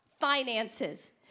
finances